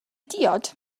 diod